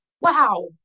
wow